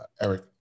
Eric